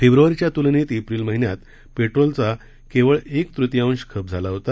फेब्रवारीच्या तुलनेत एप्रिल महिन्यात पेट्रोलचा केवळ एक तृतीयांश खप झाला होता